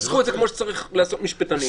תנסחו את זה כמו שצריך לעשות את זה משפטנית,